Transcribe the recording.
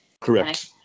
Correct